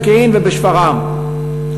בפקיעין ובשפרעם.